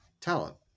talent